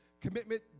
Commitment